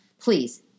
Please